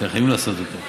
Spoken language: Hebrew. שהיו חייבים לעשות אותו.